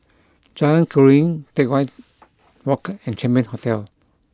Jalan Keruing Teck Whye Walk and Champion Hotel